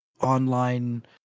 online